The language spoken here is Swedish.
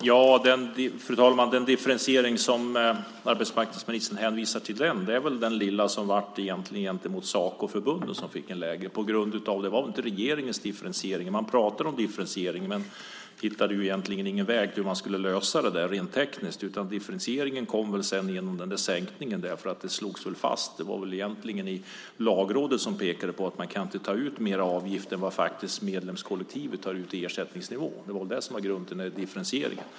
Fru talman! Den differentiering som arbetsmarknadsministern hänvisar till är väl den lilla som blev av gentemot Sacoförbunden. Det var inte regeringens differentiering. Man pratade om differentiering men hittade ingen väg för hur man skulle lösa det rent tekniskt. Differentieringen kom snarare sedan genom sänkningen, därför att det slogs fast - som Lagrådet pekade på - att man inte kan ta ut mer avgift än vad medlemskollektivet tar ut i ersättningsnivå. Det var det som var grunden till differentieringen.